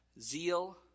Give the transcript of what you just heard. Zeal